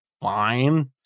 fine